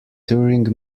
turing